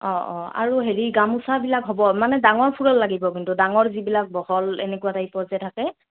অঁ অঁ আৰু হেৰি গামোচাবিলাক হ'ব মানে ডাঙৰ ফুলৰ লাগিব কিন্তু ডাঙৰ যিবিলাক বহল এনেকুৱা টাইপৰ যে থাকে